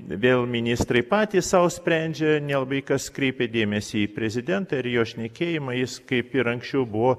vėl ministrai patys sau sprendžia nelabai kas kreipia dėmesį į prezidentą ir į jo šnekėjimą jis kaip ir anksčiau buvo